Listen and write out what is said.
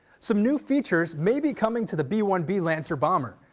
some new features may be coming to the b one b lancer bomber.